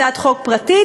הצעת חוק פרטית,